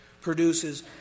produces